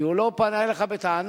כי הוא לא בא אליך בטענה,